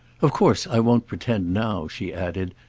of course i won't pretend now, she added,